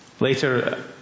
Later